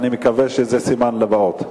אני מקווה שזה סימן לבאות.